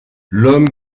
l’homme